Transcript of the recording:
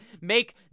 make